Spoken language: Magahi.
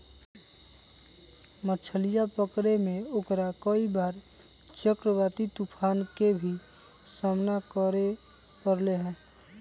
मछलीया पकड़े में ओकरा कई बार चक्रवाती तूफान के भी सामना करे पड़ले है